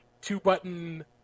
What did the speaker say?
two-button